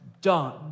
done